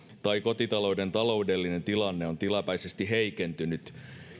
tai kotitalouden taloudellinen tilanne on tilapäisesti heikentynyt